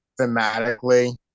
thematically